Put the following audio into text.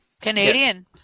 canadian